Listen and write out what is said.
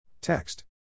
Text